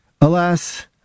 Alas